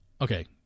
Okay